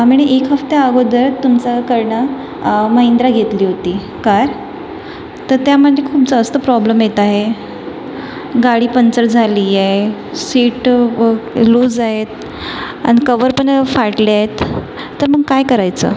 मी णी एक हफ्त्या आगोदर तुमचं कडनं मइंद्र घेतली होती कार तर त्या म्हणजे खूप जास्त प्रॉब्लम येत आहे गाडी पंचर झाली आहे सीट लूज आहेत आणि कवर पण फाटले आहेत तर मग काय करायचं